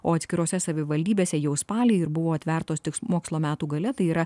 o atskirose savivaldybėse jau spalį ir buvo atvertos tik mokslo metų gale tai yra